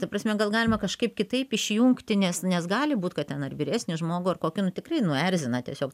ta prasme gal galima kažkaip kitaip išjungti nes nes gali būt kad ten ar vyresnį žmogų ar kokį nu tikrai nu erzina tiesiog